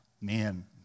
Man